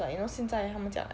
like you know 现在他们讲